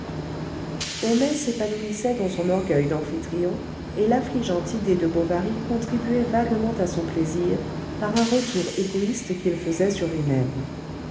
homais s'épanouissait dans son orgueil d'amphitryon et l'affligeante idée de bovary contribuait vaguement à son plaisir par un retour égoïste qu'il faisait sur lui-même